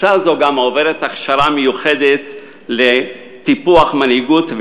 קבוצה זו גם עוברת הכשרה מיוחדת לטיפוח מנהיגות,